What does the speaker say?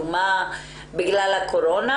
בגלל הקורונה?